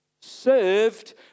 served